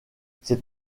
c’est